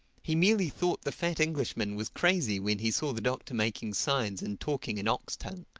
he merely thought the fat englishman was crazy when he saw the doctor making signs and talking in ox tongue.